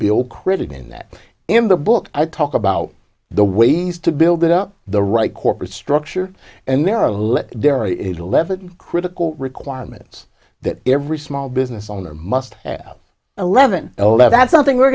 bill credit in that in the book i talk about the ways to build it up the right corporate structure and there are dairy eleven critical requirements that every small business owner must have eleven well that's something we